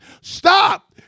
Stop